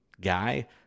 guy